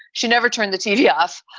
she never turned the tv off.